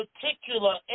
particular